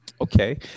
Okay